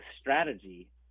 strategy